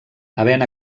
havent